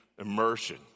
immersion